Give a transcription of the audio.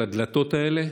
של הדלתות האלה,